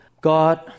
God